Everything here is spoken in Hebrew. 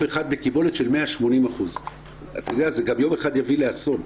אחד בקיבולת של 180%. זה גם יום אחד יביא לאסון.